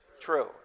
true